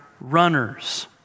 runners